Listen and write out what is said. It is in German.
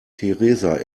theresa